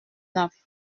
neuf